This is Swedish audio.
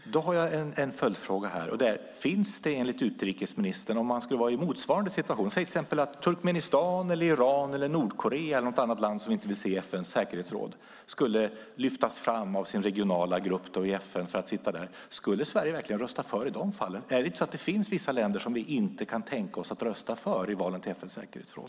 Fru talman! Jag har en följdfråga. Låt oss tänka att vi befinner oss i en motsvarande situation att till exempel Turkmenistan, Iran, Nordkorea eller något annat land som vi inte vill se i FN:s säkerhetsråd skulle lyftas fram av sin regionala grupp i FN för att sitta i säkerhetsrådet. Skulle Sverige rösta för i de fallen? Finns det vissa länder som vi inte kan tänka oss att rösta för i valen till FN:s säkerhetsråd?